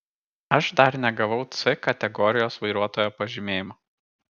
aš dar negavau c kategorijos vairuotojo pažymėjimo